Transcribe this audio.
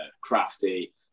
crafty